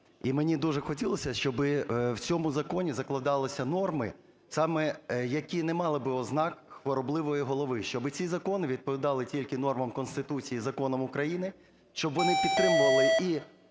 мені дуже хотілося, щоби в цьому законі закладалися норми, саме які не мали би ознак хворобливої голови, щоби ці закони відповідали тільки нормам Конституції, законам України, щоб вони підтримували і